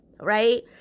right